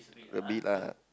abit lah